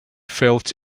felt